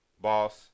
Boss